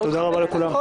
תודה רבה לכולם.